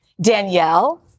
Danielle